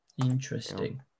Interesting